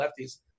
lefties